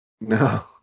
No